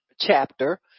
chapter